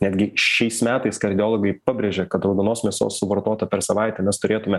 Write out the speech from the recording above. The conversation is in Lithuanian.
netgi šiais metais kardiologai pabrėžia kad raudonos mėsos suvartota per savaitę mes turėtume